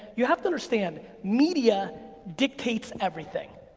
you have to understand, media dictates everything,